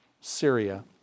Syria